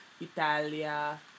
italia